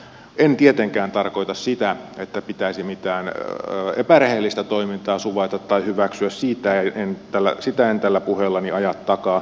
en tietenkään tarkoita sitä että pitäisi mitään epärehellistä toimintaa suvaita tai hyväksyä sitä en tällä puheellani aja takaa